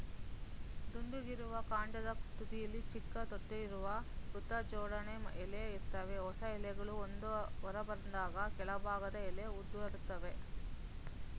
ದುಂಡಗಿರುವ ಕಾಂಡದ ತುದಿಲಿ ಚಿಕ್ಕ ತೊಟ್ಟಿರುವ ವೃತ್ತಜೋಡಣೆ ಎಲೆ ಇರ್ತವೆ ಹೊಸ ಎಲೆಗಳು ಹೊರಬಂದಾಗ ಕೆಳಭಾಗದ ಎಲೆ ಉದುರ್ತವೆ